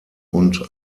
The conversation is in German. und